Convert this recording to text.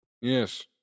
Yes